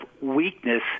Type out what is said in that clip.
weakness